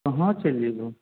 कहाँ चैलि जैबहो